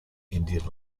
indian